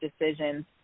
decision